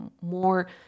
more